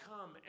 come